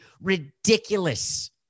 ridiculous